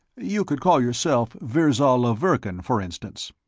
you could call yourself virzal of verkan, for instance.